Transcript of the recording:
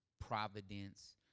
providence